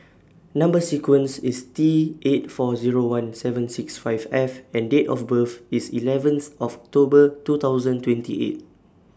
Number sequence IS T eight four Zero one seven six five F and Date of birth IS eleventh October two thousand twenty eight